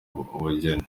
ubugeni